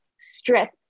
strip